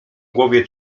głowie